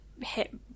hit